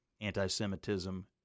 anti-Semitism